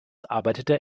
arbeitete